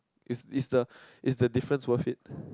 is is the is the difference worth it